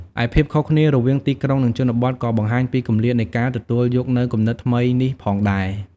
ឯភាពខុសគ្នារវាងទីក្រុង និងជនបទ ក៏បង្ហាញពីគម្លាតនៃការទទួលយកនូវគំនិតថ្មីនេះផងដែរ។